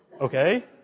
Okay